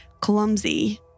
clumsy